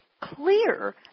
clear